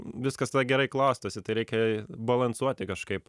viskas gerai klostosi tai reikia balansuoti kažkaip